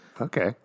okay